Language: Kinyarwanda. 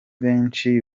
benshi